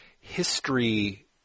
history